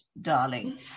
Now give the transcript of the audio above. darling